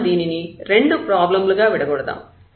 కాబట్టి మనం దీనిని రెండు ప్రాబ్లమ్ లుగా విడగొడతాము